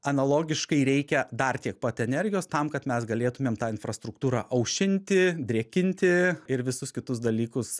analogiškai reikia dar tiek pat energijos tam kad mes galėtumėm tą infrastruktūrą aušinti drėkinti ir visus kitus dalykus